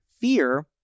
fear